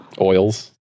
Oils